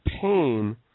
pain